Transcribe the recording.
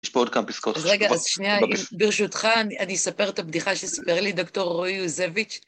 יש פה עוד כמה פסקאות. אז רגע, אז שנייה, ברשותך אני אספר את הבדיחה שסיפר לי ד"ר רועי יוזביץ'.